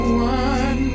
one